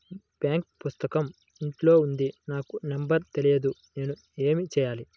Bank పుస్తకం ఇంట్లో ఉంది నాకు నంబర్ తెలియదు నేను ఏమి చెయ్యాలి?